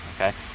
Okay